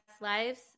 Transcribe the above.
lives